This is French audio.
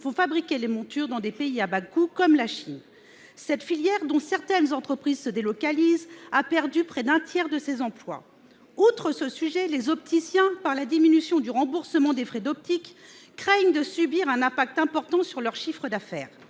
fabriquer les montures dans des pays à bas coût, comme la Chine. Cette filière, dont certaines entreprises se délocalisent, a perdu près d'un tiers de ses emplois. Outre cette difficulté, les opticiens, par la diminution du remboursement des frais d'optique, craignent de subir un impact important sur leur chiffre d'affaires.